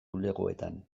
bulegoetan